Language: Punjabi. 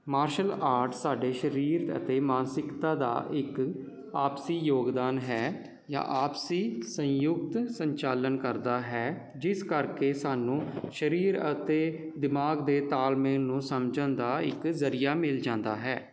ਮਾਰਸ਼ਲ ਆਰਟ ਸਾਡੇ ਸਰੀਰ ਅਤੇ ਮਾਨਸਿਕਤਾ ਦਾ ਇੱਕ ਆਪਸੀ ਯੋਗਦਾਨ ਹੈ ਜਾਂ ਆਪਸੀ ਸੰਯੁਕਤ ਸੰਚਾਲਨ ਕਰਦਾ ਹੈ ਜਿਸ ਕਰਕੇ ਸਾਨੂੰ ਸਰੀਰ ਅਤੇ ਦਿਮਾਗ ਦੇ ਤਾਲਮੇਲ ਨੂੰ ਸਮਝਣ ਦਾ ਇੱਕ ਜ਼ਰੀਆ ਮਿਲ ਜਾਂਦਾ ਹੈ